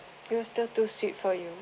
it will still too sweet for you